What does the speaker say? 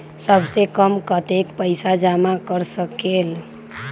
सबसे कम कतेक पैसा जमा कर सकेल?